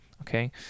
Okay